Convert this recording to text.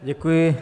Děkuji.